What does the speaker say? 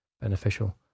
beneficial